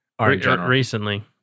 recently